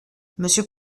monsieur